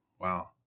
Wow